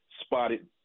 spotted